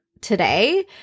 today